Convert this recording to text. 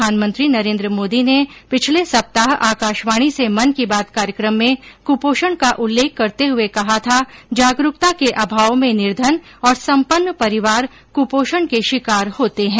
प्रधानमंत्री नरेन्द्र मोदी ने पिछले सप्ताह आकाशवाणी से मन की बात कार्यक्रम में कपोषण का उल्लेख करते हुए कहा था जागरूकता के अभाव में निर्धन और संपन्न परिवार क्पोषण के शिकार होते हैं